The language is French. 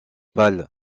pâle